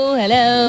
hello